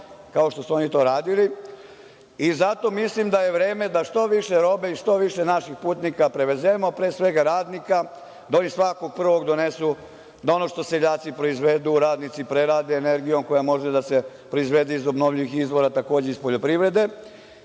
kao što su oni to radili i zato mislim da je vreme da što više robe i što više naših putnika prevezemo, pre svega radnika, da oni svakog prvog donesu, da ono što seljaci proizvedu radnici prerade energijom koja može da se proizvede iz obnovljivih izvora, takođe, iz poljoprivrede